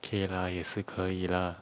K lah 也是可以 lah